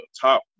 top